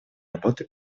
работы